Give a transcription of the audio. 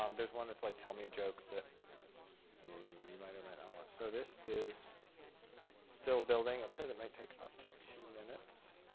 um there's one that's like, tell me a joke, that you you might or might um want. so this is still building. it says it might take up to two minutes.